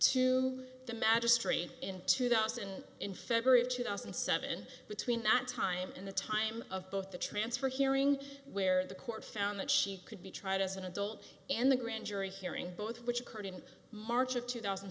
magistrate in two thousand in february of two thousand and seven between that time and the time of both the transfer hearing where the court found that she could be tried as an adult and the grand jury hearing both of which occurred in march of two thousand